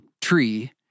tree